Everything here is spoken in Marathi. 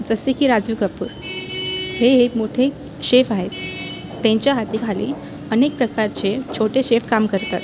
जसे की राजू कपूर हे एक मोठे शेफ आहेत त्यांच्या हाती खाली अनेक प्रकारचे छोटे शेफ काम करतात